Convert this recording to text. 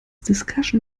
discussion